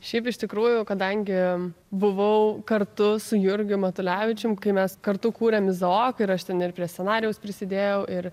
šiaip iš tikrųjų kadangi buvau kartu su jurgiu matulevičium kai mes kartu kūrėm izaoką ir aš ten ir prie scenarijaus prisidėjau ir